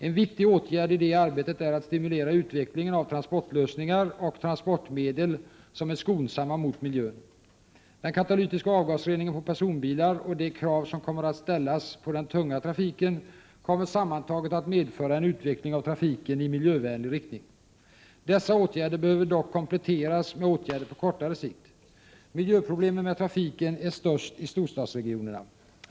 En viktig åtgärd i det arbetet är att stimulera utvecklingen av transportlösningar och transportmedel som är skonsamma mot miljön. Den katalytiska avgasreningen på personbilar och de krav som kommer att ställas på den tunga trafiken kommer sammantaget att medföra en utveckling av trafiken i miljövänlig riktning. Dessa åtgärder behöver dock kompletteras med åtgärder på kortare sikt. Miljöproblemen med trafiken är störst i storstadsregionerna.